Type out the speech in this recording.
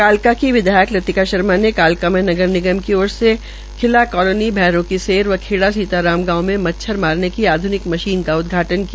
कालका की विधायक लतिका शर्मा ने कालका में नगर निगम की ओर से खिला कालोनी भैरों की सैर व खेड़ा सीता राम गांव में मच्छर मारने की आध्निक मशीन का उदघाटन किया